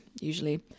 Usually